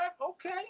okay